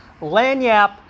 Lanyap